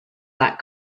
that